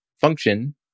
function